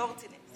לא רציני.